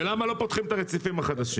ולמה לא פותחים את הרציפים החדשים?